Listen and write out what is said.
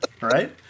right